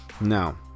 Now